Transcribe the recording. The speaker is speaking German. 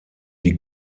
die